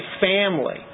family